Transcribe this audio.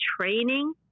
training